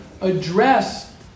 address